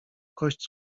kość